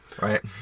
Right